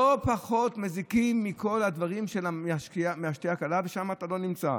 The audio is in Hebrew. לא פחות מזיקים מכל הדברים של השתייה הקלה ושמה אתה לא נמצא.